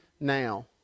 now